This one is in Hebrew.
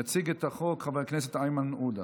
יציג את החוק חבר הכנסת איימן עודה.